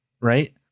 right